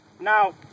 Now